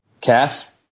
Cass